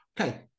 Okay